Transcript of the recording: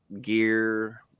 gear